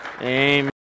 Amen